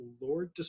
Lord